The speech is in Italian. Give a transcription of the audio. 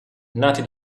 nati